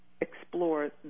explore